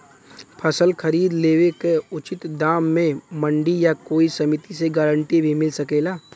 फसल खरीद लेवे क उचित दाम में मंडी या कोई समिति से गारंटी भी मिल सकेला?